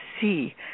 see